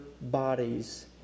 bodies